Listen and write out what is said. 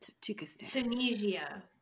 Tunisia